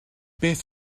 beth